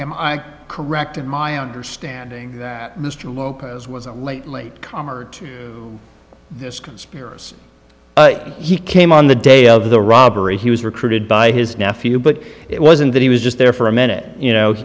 am i correct in my understanding that mr lopez was on lately calmer to this conspiracy he came on the day of the robbery he was recruited by his nephew but it wasn't that he was just there for a minute you know